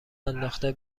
انداخته